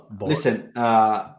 Listen